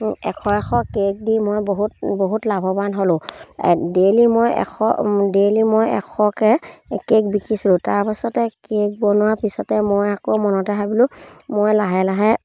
এশ এশ কেক দি মই বহুত বহুত লাভৱান হ'লোঁ ডেইলি মই এশ ডেইলি মই এশকে কেক বিকিছিলোঁ তাৰপিছতে কেক বনোৱাৰ পিছতে মই আকৌ মনতে ভাবিলোঁ মই লাহে লাহে